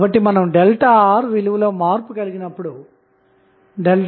కాబట్టి పరిష్కరిస్తే Rth విలువ 11